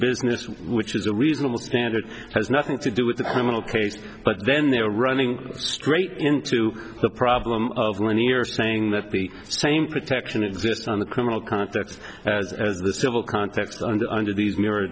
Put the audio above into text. business which is a reasonable standard has nothing to do with the criminal case but then they're running straight into the problem of when you're saying that the same protection exists on the criminal context as the civil context under under these